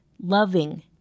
loving